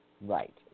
Right